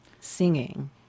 singing